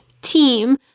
Team